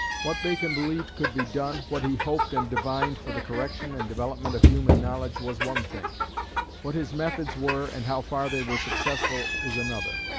what bacon believed could be done, what he hoped and divined, for the correction and development of human knowledge, was one thing what his methods were, and how far they were successful, is another.